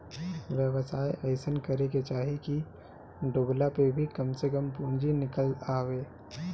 व्यवसाय अइसन करे के चाही की डूबला पअ भी कम से कम पूंजी निकल आवे